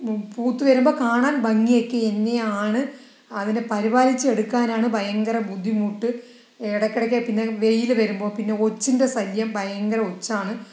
പൂ പൂത്ത് വരുമ്പോൾ കാണാൻ ഭംഗിയൊക്കെ തന്നെയാണ് അതിനെ പരിപാലിച്ച് എടുക്കാനാണ് ഭയങ്കര ബുദ്ധിമുട്ട് ഇടയ്ക്കിടയ്ക്ക് പിന്നെ വെയില് വരുമ്പോൾ പിന്നെ ഒച്ചിൻ്റെ ശല്യം ഭയങ്കര ഒച്ചാണ്